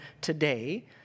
today